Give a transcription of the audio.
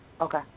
Okay